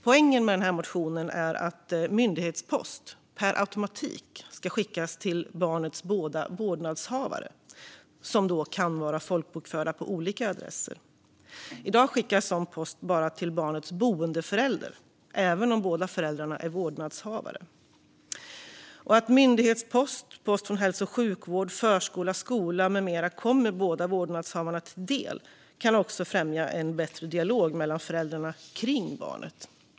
Poängen med reservationen är att myndighetspost per automatik ska skickas till barnets båda vårdnadshavare, som alltså kan vara folkbokförda på olika adresser. I dag skickas sådan post bara till barnets boendeförälder, även om båda föräldrarna är vårdnadshavare. Att myndighetspost - post om hälso och sjukvård, förskola, skola, med mera - kommer båda föräldrarna till del kan också främja en bättre dialog mellan föräldrarna kring barnet.